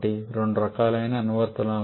రెండు రకాలైన అనువర్తనాలు ఉన్నాయి